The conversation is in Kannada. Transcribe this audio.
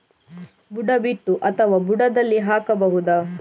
ಬುಡ ಬಿಟ್ಟು ಅಥವಾ ಬುಡದಲ್ಲಿ ಹಾಕಬಹುದಾ?